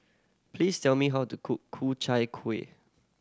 please tell me how to cook Ku Chai Kueh